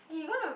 eh you gonna